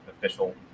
official